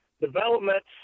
developments